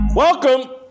Welcome